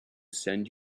send